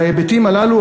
ההיבטים הללו,